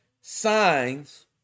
signs